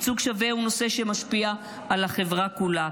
ייצוג שווה הוא נושא שמשפיע על החברה כולה,